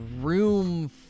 room